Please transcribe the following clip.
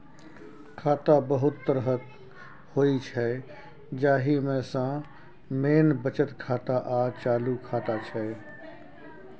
खाता बहुत तरहक होइ छै जाहि मे सँ मेन बचत खाता आ चालू खाता छै